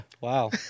Wow